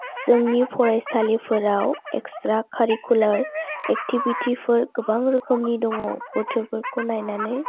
जोंनि फरायसालिफोराव extra curricular activity फोर गोबां रोखोमनि दङ बोथोरफोरखौ नायनानै